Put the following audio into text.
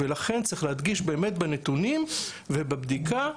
ולכן צריך להדגיש באמת בנתונים, ובבדיקה,